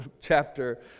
chapter